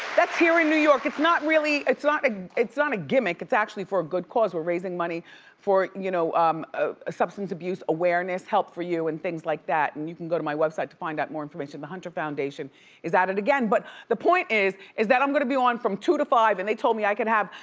that's here in new york. it's not really, it's not ah it's not a gimmick, it's actually for a good cause. we're raising money for you know um ah ah substance abuse awareness, help for you, and things like that, and you can go to my website to find out more information. the hunter foundation is at it again, but the point is, is that i'm going to be on from two to five and they told me that i could have,